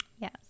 Yes